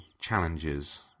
challenges